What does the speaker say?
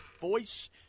voice